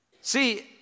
See